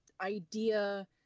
idea